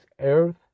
Earth